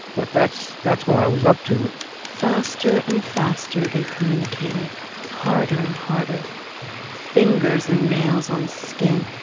but that's that's what i was up to faster and faster. they communicated harder and harder fingers and nails on skin,